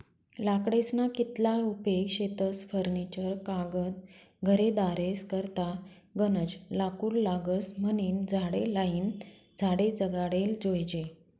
लाकडेस्ना कितला उपेग शेतस फर्निचर कागद घरेदारेस करता गनज लाकूड लागस म्हनीन झाडे लायीन झाडे जगाडाले जोयजे